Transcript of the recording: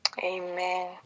Amen